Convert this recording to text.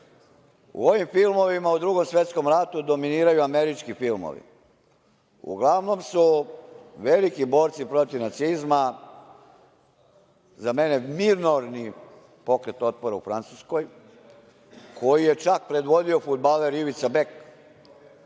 u ovim filmovima u Drugom svetskom ratu dominiraju američki filmovi. Uglavnom su veliki borci protiv nacizma za mene minorni Pokret otpora u Francuskoj, koji je čak predvodio fudbaler Ivica Bek.